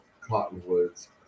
cottonwoods